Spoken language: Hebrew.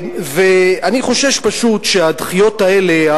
ואני חושש פשוט שהדחיות האלה,